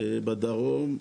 בדרום,